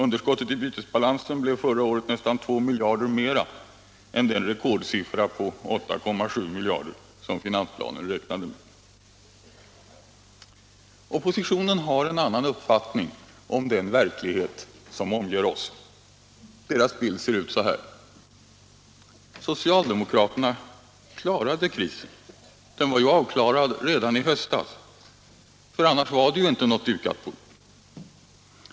Underskottet i bytesbalansen blev förra året nästan 2 miljarder mera än den rekordsiffra på 8,7 miljarder som finansplanen räknade med. Oppositionen har en annan uppfattning om den verklighet som omger oss. Dess bild ser ut så här: socialdemokraterna klarade krisen. Den var avklarad redan i höstas — annars hade man ju inte kunnat tala om något ”dukat bord”.